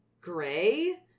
Gray